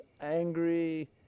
angry